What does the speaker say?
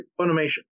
Funimation